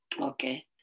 okay